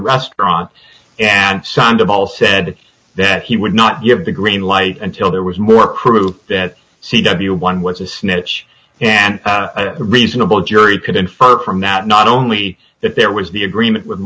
restaurant and sound of all said that he would not give the green light until there was more proof that c w one was a snitch and reasonable jury could infer from that not only that there was the agreement with